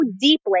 deeply